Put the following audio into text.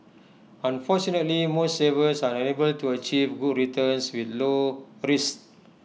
unfortunately most savers are unable to achieve good returns with low risk